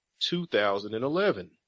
2011